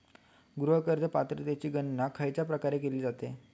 गृह कर्ज पात्रतेची गणना खयच्या प्रकारे केली जाते?